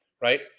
right